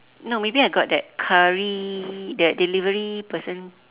no maybe I got that curry that delivery person